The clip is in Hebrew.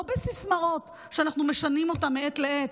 לא בסיסמאות שאנחנו משנים מעת לעת,